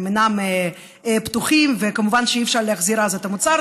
הם אינם פתוחים וכמובן שאי-אפשר להחזיר אז את המוצר,